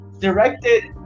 directed